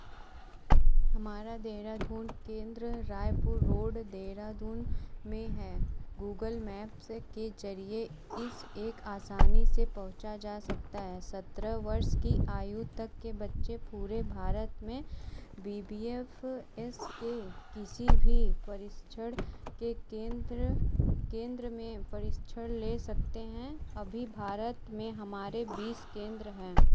हमारा देहरादून केंद्र रायपुर रोड देहरादून में है गूगल मैप से के जरिए इस एक आसानी से पहुंचा जा सकता है सत्रह वर्ष की आयु तक के बच्चे पूरे भारत में बी बी एफ एस के किसी भी परीक्षण के केंद्र केंद्र में परीक्षण ले सकते हैं अभी भारत में हमारे बीस केंद्र हैं